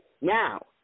Now